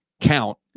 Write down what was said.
count